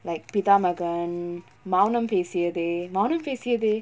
like pithamagan mounampesiyathe mounampesiyathe